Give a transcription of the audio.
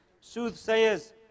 soothsayers